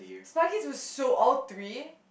Spy Kids was so all three